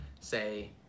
say